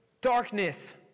darkness